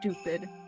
stupid